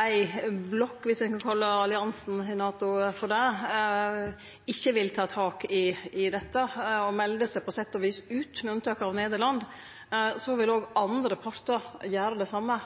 ei blokk – viss ein kan kalle alliansen i NATO for det – ikkje vil ta tak i dette og melder seg på sett og vis ut, med unntak av Nederland, vil andre partar gjere det same.